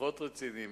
ופחות רציניים,